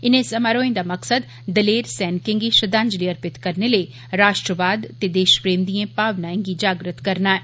इनें समारोहें दा मक्सद दलेर सैनिकें गी श्रद्धांजलि अर्पित करने लेई राष्ट्रवाद ते देश प्रेम दिएं भावनाएं गी जागृत करना ऐ